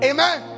Amen